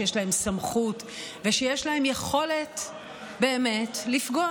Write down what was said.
שיש להם סמכות ושיש להם יכולת באמת לפגוע